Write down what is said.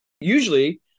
usually